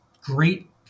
great